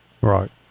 Right